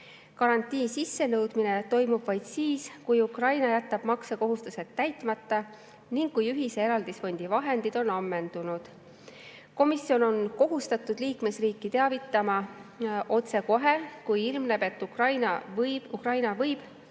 Garantii sissenõudmine toimub vaid siis, kui Ukraina jätab maksekohustused täitmata ning kui ühise eraldisfondi vahendid on ammendunud. Komisjon on kohustatud liikmesriiki teavitama otsekohe, kui ilmneb, et Ukrainal võib tekkida